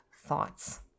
thoughts